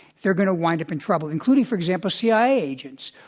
they're going to wind up in trouble, including, for example, cia agents